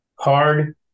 hard